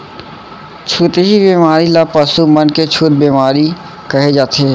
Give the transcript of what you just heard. छुतही बेमारी ल पसु मन के छूत बेमारी कहे जाथे